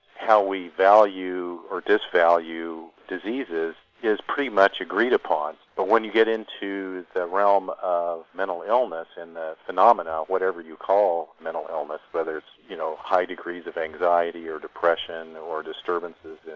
how we value or disvalue diseases is pretty much agreed upon, but when you get into the realm of mental illness and the phenomena whatever you call mental illness, whether it's you know high degrees of anxiety, or depression, or disturbances,